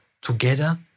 together